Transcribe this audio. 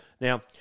Now